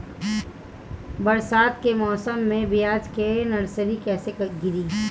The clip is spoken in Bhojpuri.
बरसात के मौसम में प्याज के नर्सरी कैसे गिरी?